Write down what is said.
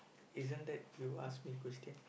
isn't that you ask me question